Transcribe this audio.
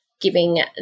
giving